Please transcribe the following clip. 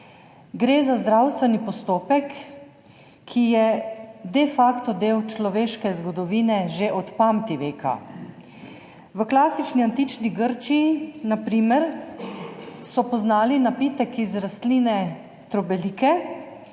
gre za zdravstveni postopek, ki je de facto del človeške zgodovine že od pamtiveka. V klasični antični Grčiji, na primer, so poznali napitek iz rastline trobelike,